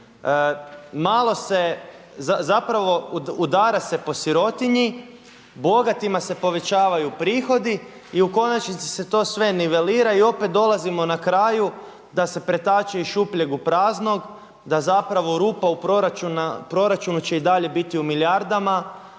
malo se, zapravo udara se po sirotinji, bogatima se povećavaju prihodi i u konačnici se to sve nivelira i opet dolazimo na kraju da se pretače iz šupljeg u prazno, da zapravo rupa u proračunu će i dalje biti u milijardama.